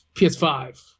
PS5